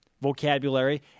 vocabulary